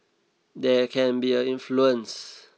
there can be an influence